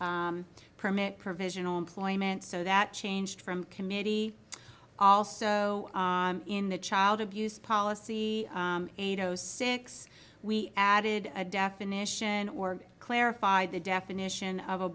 permit provisional employment so that changed from committee also in the child abuse policy eight o six we added a definition or clarified the definition of a